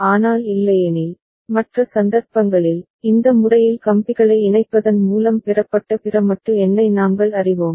ஆனால் இல்லையெனில் மற்ற சந்தர்ப்பங்களில் இந்த முறையில் கம்பிகளை இணைப்பதன் மூலம் பெறப்பட்ட பிற மட்டு எண்ணை நாங்கள் அறிவோம்